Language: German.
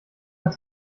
hat